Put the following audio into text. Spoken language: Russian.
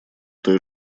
той